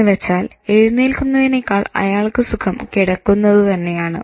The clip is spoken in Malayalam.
എന്നുവച്ചാൽ എഴുന്നേൽക്കുന്നതിനേക്കാൾ അയാൾക്ക് സുഖം കിടക്കുന്നത് തന്നെയാണ്